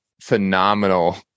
phenomenal